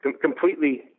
completely